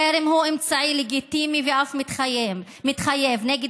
חרם הוא אמצעי לגיטימי ואף מתחייב נגד